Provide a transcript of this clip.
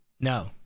No